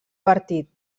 partit